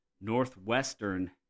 Northwestern